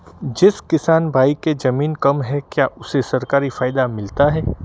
जिस किसान भाई के ज़मीन कम है क्या उसे सरकारी फायदा मिलता है?